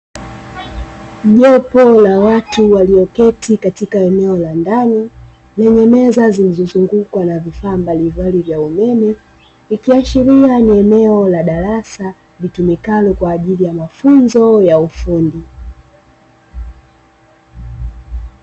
Jopo la watu walioketi katika eneo la ndani lenye meza zilizozungukwa na vifaa mbalimbali vya umeme, ikiashiria ni eneo la darasa litumikalo kwa ajili ya mafunzo ya ufundi.